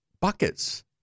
buckets